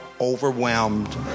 overwhelmed